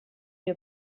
you